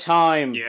time